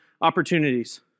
opportunities